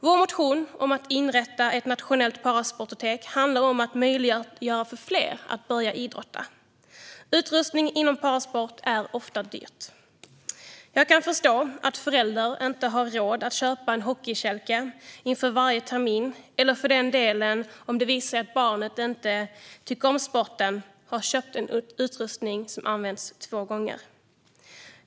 Vår motion om att inrätta ett nationellt parasportotek handlar om att möjliggöra för fler att börja idrotta. Utrustning inom parasport är ofta dyr. Jag kan förstå att föräldrar inte har råd att köpa en hockeykälke inför varje termin eller för den delen, om det visar sig att barnet inte tycker om sporten, att köpa en utrustning som används två gånger.